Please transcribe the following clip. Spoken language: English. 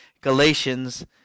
Galatians